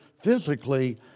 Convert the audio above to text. physically